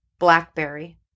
blackberry